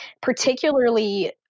particularly